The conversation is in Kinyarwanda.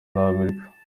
z’amerika